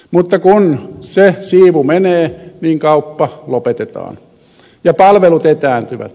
mutta kun se siivu menee kauppa lopetetaan ja palvelut etääntyvät